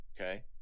okay